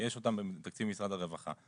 יש אותם בתקציב משרד הרווחה.